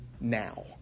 now